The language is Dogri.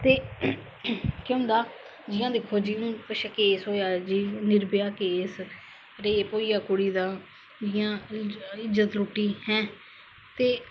के्ह होंदा जियां दिक्खो जी पिच्छे केस होआ निर्भया केस रैप होई गेआ कुड़ी दा जियां इज्जत लुट्टी हैं ते